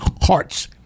hearts